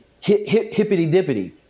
hippity-dippity